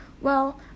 Well